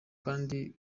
kandi